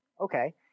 okay